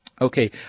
okay